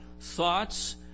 thoughts